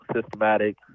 systematic